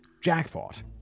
Jackpot